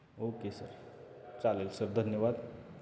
okay sir चालेल sir धन्यवाद